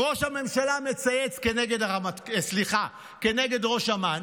ראש הממשלה מצייץ כנגד ראש אמ"ן